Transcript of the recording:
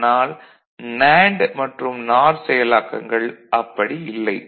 ஆனால் நேண்டு மற்றும் நார் செயலாக்கங்கள் அப்படி இல்லை